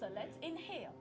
so let's inhale